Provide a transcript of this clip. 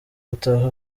gutaha